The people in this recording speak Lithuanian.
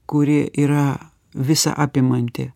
kuri yra visa apimanti